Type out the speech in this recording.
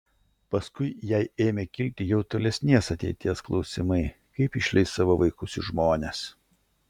paskui jai ėmė kilti jau tolesnės ateities klausimai kaip išleis savo vaikus į žmones